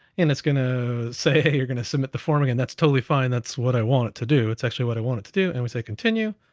and it's gonna say you're gonna submit the forming, and that's totally fine. that's what i want it to do. it's actually what i want it to do, and we say continue,